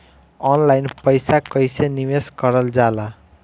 Online पईसा कईसे निवेश करल जाला?